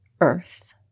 earth